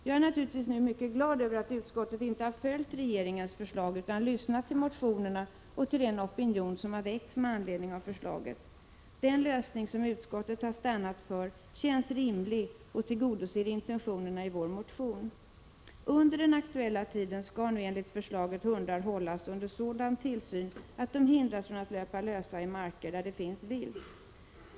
Jag är naturligtvis mycket glad över att utskottet inte har följt regeringens förslag utan lyssnat till motionärerna och till den opinion som har väckts med anledning av förslaget. Den lösning som utskottet har stannat för känns rimlig och tillgodoser intentionerna i vår motion. Under den aktuella tiden skall enligt förslaget hundar hållas under sådan tillsyn att de hindras från att löpa lösa i marker där det finns vilt.